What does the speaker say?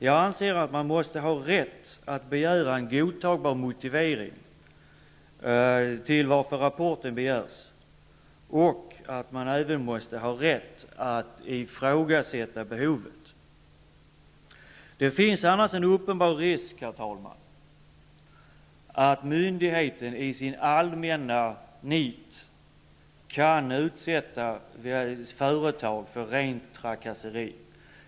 Jag anser att man måste ha rätt att begära en godtagbar motivering till varför rapporten begärs och att man även måste ha rätt att ifrågasätta behovet av en rapport. Det finns annars en uppenbar risk, herr talman, att myndigheten i sin allmänna nit kan utsätta företag för rent trakasseri.